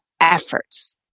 efforts